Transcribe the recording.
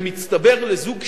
במצטבר לזוג קשישים,